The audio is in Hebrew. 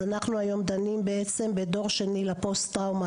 אנחנו היום דנים בעצם בדור השני לפוסט טראומה